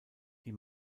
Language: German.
die